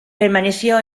permaneció